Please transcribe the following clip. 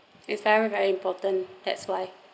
it's very very important that's why